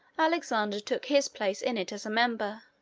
alexander took his place in it as a member.